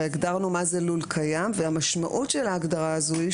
הרי הגדרנו מה זה לול קיים והמשמעות של ההגדרה הזו היא